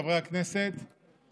חברי הכנסת,